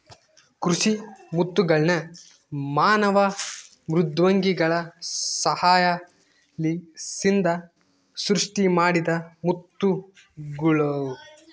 ಕೃಷಿ ಮುತ್ತುಗಳ್ನ ಮಾನವ ಮೃದ್ವಂಗಿಗಳ ಸಹಾಯಲಿಸಿಂದ ಸೃಷ್ಟಿಮಾಡಿದ ಮುತ್ತುಗುಳು